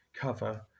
cover